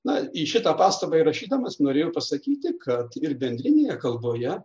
na į šitą pastabą rašydamas norėjau pasakyti kad ir bendrinėje kalboje